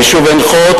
היישוב עין-חוד,